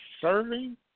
serving